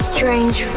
Strange